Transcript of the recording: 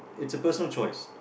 it's a personal choice